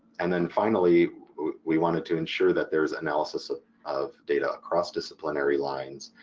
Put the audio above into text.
and then finally we wanted to ensure that there's analysis ah of data across disciplinary lines.